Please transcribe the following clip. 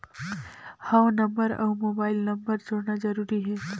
हव नंबर अउ mobile number जोड़ना जरूरी हे?